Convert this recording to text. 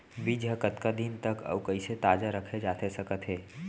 बीज ह कतका दिन तक अऊ कइसे ताजा रखे जाथे सकत हे?